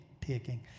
taking